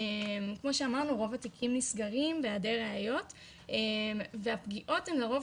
כמו שאמרנו רוב התיקים נסגרים בהיעדר ראיות והפגיעות הן לרוב